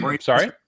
Sorry